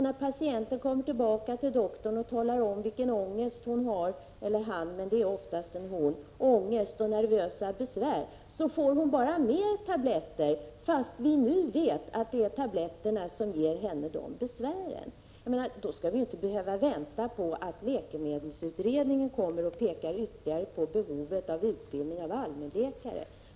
När patienten kommer tillbaka till doktorn och talar om vilken ångest och vilka nervösa besvär som hon — eller han, men det är oftast en hon — har, då får hon bara mer tabletter, fast vi nu vet att det är tabletterna som ger henne de besvären. Då behöver vi ju inte vänta på att läkemedelsutredningen kommer att peka ytterligare på behovet av utbildning av allmänläkare.